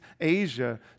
Asia